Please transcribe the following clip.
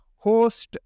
host